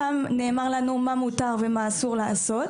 שם נאמר לנו מה מותר ומה אסור לעשות.